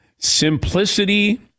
simplicity